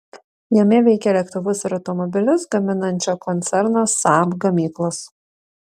jame veikia lėktuvus ir automobilius gaminančio koncerno saab gamyklos